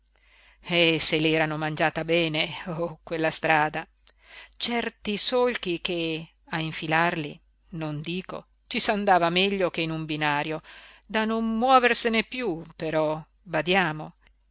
e se l'erano mangiata bene oh quella strada certi solchi che a infilarli non dico ci s'andava meglio che in un binario da non muoversene piú però badiamo